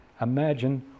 imagine